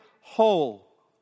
whole